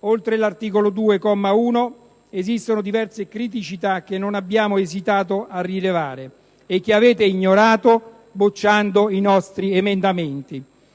oltre all'articolo 2, comma 1, esistono diverse criticità che non abbiamo esitato a rilevare (e che avete ignorato bocciando i nostri emendamenti).